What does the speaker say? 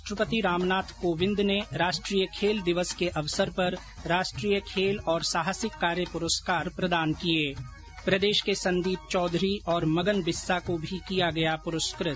राष्ट्रपति रामनाथ कोविंद ने राष्ट्रीय खेल दिवस के अवसर पर राष्ट्रीय खेल और साहसिक कार्य पुरस्कार प्रदान किये प्रदेश के संदीप चौधरी और मगन बिस्सा को भी किया गया पुरस्कृत